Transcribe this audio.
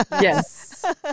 Yes